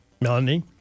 Melanie